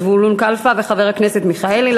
חבר הכנסת זבולון קלפה וחבר הכנסת מיכאלי.